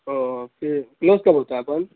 okay close کب ہوتا ہے اپن